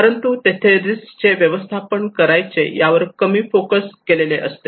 परंतु तिथे रिस्क चे व्यवस्थापन करायचे यावर कमी फोकस केलेले असते